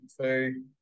two